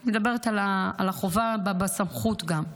אני מדברת על החובה בסמכות גם,